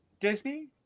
Disney